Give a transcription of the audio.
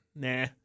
nah